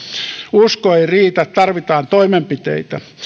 usko ei riitä tarvitaan toimenpiteitä